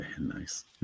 Nice